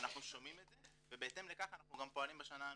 אנחנו שומעים את זה ובהתאם לכך אנחנו גם פועלים בשנה הנוכחית.